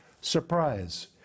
surprise